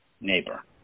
neighbor